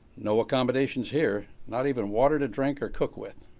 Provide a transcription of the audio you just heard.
no accommodations here. not even water to drink or cook with.